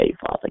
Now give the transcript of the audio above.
Father